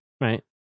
right